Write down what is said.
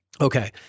Okay